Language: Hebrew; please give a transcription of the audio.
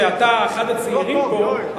שאתה אחד הצעירים פה,